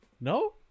No